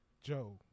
Joe